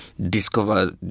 discover